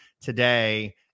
today